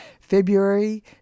February